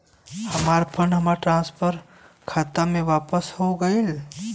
हमार fund transfer हमरे खाता मे वापस हो गईल